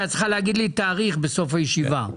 שאת צריכה להגיד לי תאריך בסוף הישיבה?